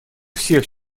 всех